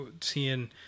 seeing